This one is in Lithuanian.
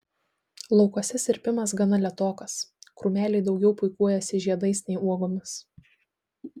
laukuose sirpimas gana lėtokas krūmeliai daugiau puikuojasi žiedais nei uogomis